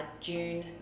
June